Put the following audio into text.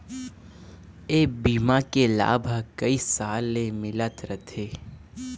ए बीमा के लाभ ह कइ साल ले मिलत रथे